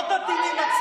לא את הטילים עצמם.